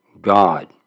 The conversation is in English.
God